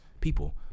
people